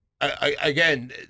Again